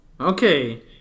okay